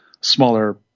smaller